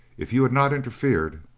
if you had not interfered